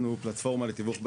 פלטפורמת P2P לתיווך באשראי.